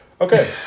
Okay